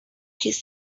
his